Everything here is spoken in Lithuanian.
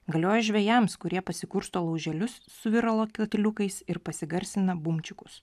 galioja žvejams kurie pasikursto lauželius su viralo katiliukais ir pasigarsina bumčikus